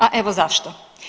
A evo zašto.